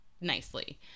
nicely